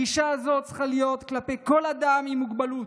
הגישה הזו צריכה להיות כלפי כל אדם עם מוגבלות,